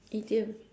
idiom